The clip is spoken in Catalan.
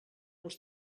als